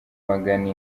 magana